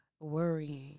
worrying